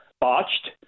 botched